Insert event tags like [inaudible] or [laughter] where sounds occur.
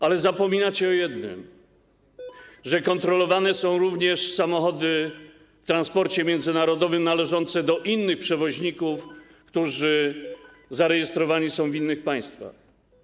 Ale zapominacie o jednym, [noise] że kontrolowane są również samochody w transporcie międzynarodowym należące do innych przewoźników, którzy zarejestrowani są w innych państwach.